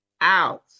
out